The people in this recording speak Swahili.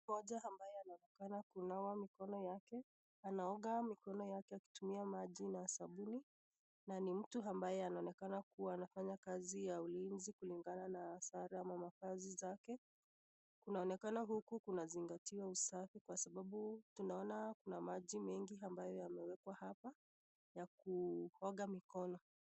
Mtu mmoja ambaye anaonekana kunawa mikono yake, anaoga mikono yake kutumia maji na sabauni, na ni mtu ambaye anaonekana kufanya kazi ya ulinzi kulingana na sare ama mavazi zake, inaonekana huku kunazingatiwa usafi kwa sababu tunaona kuna maji mengi ambayo yamewekwa hapa ya kuoga mikono.